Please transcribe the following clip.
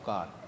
God